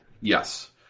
Yes